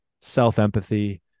self-empathy